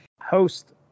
Host